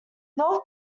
north